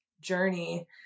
journey